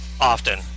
often